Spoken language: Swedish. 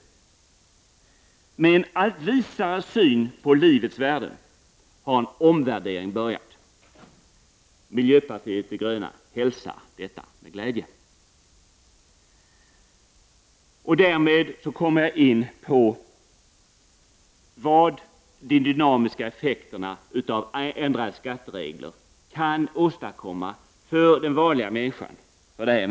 Men i och med en allt visare syn på livets värden har man börjat göra en omvärdering. Vi i miljöpartiet hälsar detta med glädje. Så kommer jag in på frågan om de dynamiska effekterna av ändrade skatteregler och vad dessa kan innebära för den enskilde — för dig och mig så att säga.